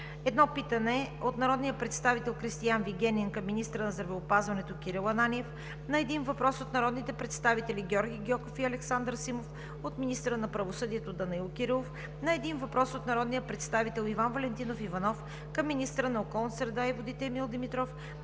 едно питане от народния представител Кристиан Вигенин към министъра на здравеопазването Кирил Ананиев; - един въпрос от народните представители Георги Гьоков и Александър Симов към министъра на правосъдието Данаил Кирилов; - един въпрос от народния представител Иван Валентинов Иванов към министъра на околната среда и водите Емил Димитров;